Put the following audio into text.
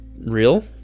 real